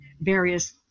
various